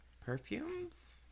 Perfumes